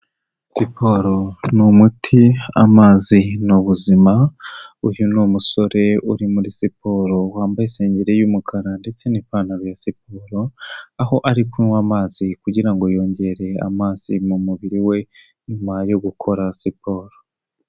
Siporo ni umuti, amazi ni ubuzima, uyu ni umusore uri muri siporo wambaye isengeri y'umukara ndetse n'ipantaro ya siporo, aho ari kunywa amazi kugirango yongere amazi mu mubiri we nyuma yo gukora siporo.